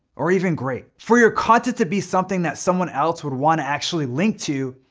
or even great. for your content to be something that someone else would wanna actually link to,